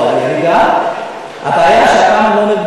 בדיחות מותר לשמוע אצלי.